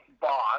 boss